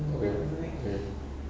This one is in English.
away ya